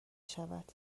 شود